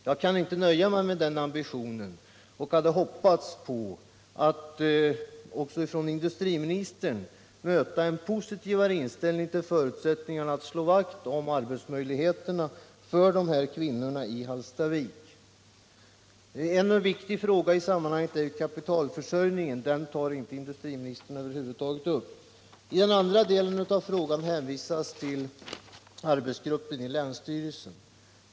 Jag kan inte nöja mig med den ambitionen och hade hoppats att också från industriministerns sida möta en mer positiv inställning till förutsättningarna att slå vakt om arbetsmöjligheterna för de här kvinnorna i Hallstavik. En viktig fråga i sammanhanget är kapitalförsörjningen — den tog industriministern över huvud taget inte upp. I den andra delen av svaret hänvisas till arbetsgruppen inom länsstyrelsen.